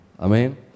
Amen